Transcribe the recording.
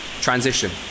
transition